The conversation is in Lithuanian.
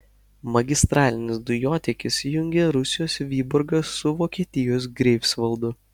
magistralinis dujotiekis jungia rusijos vyborgą su vokietijos greifsvaldu